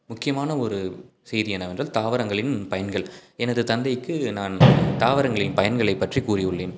முக்கியமான ஒரு செய்தி என்னவென்றால் தாவரங்களின் பயன்கள் எனது தந்தைக்கு நான் தாவரங்களின் பயன்களை பற்றி கூறியுள்ளேன்